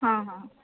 ହଁ ହଁ